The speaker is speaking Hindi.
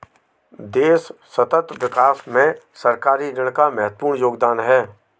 देश सतत विकास में सरकारी ऋण का महत्वपूर्ण योगदान है